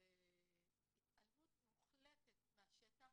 זאת התעלמות מוחלטת מהשטח.